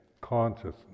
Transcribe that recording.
consciousness